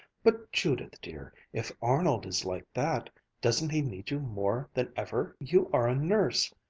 but, judith dear, if arnold is like that doesn't he need you more than ever? you are a nurse.